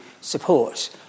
support